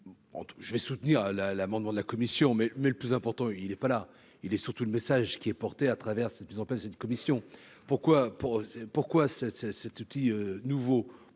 Je vais soutenir la l'amendement de la commission, mais, mais le plus important, il est pas là, il est surtout le message qui est porté à travers cette mise en place d'une commission pour quoi pour pourquoi